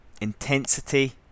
intensity